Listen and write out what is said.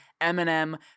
Eminem